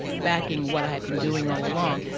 backing what i had been doing all along.